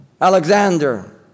Alexander